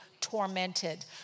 tormented